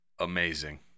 amazing